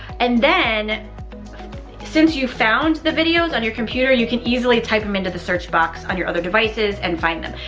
and then since you found the videos on your computer, you can easily type them into your search box on your other devices and find them.